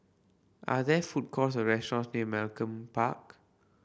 are there food courts or restaurants near Malcolm Park